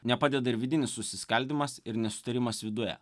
nepadeda ir vidinis susiskaldymas ir nesutarimas viduje